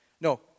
No